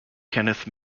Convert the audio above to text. kenneth